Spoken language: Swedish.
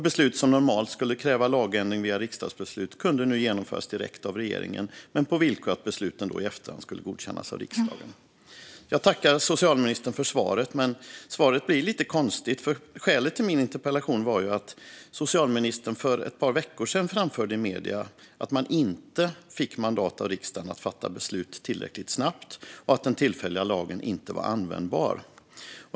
Beslut som normalt skulle kräva lagändring via riksdagsbeslut kunde nu genomföras direkt av regeringen men på villkor att besluten i efterhand skulle godkännas av riksdagen. Jag tackar socialministern för svaret. Men svaret blir lite konstigt, för skälet till min interpellation var att socialministern för ett par veckor sedan framförde i medierna att regeringen inte fick mandat av riksdagen att fatta beslut tillräckligt snabbt och att den tillfälliga lagen inte var användbar.